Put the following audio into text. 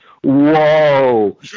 whoa